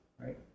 right